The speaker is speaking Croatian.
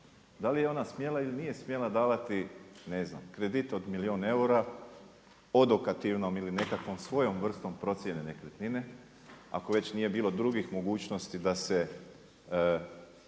Da li je ona smjela ili nije smjela davati ne znam kredit od milijun eura odokativnom ili nekakvom svojom vrstom procjene nekretnine ako već nije bilo drugih mogućnosti da se